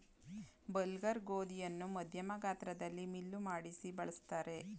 bulgur ಗೋಧಿಯನ್ನು ಮಧ್ಯಮ ಗಾತ್ರದಲ್ಲಿ ಮಿಲ್ಲು ಮಾಡಿಸಿ ಬಳ್ಸತ್ತರೆ